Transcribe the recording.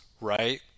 right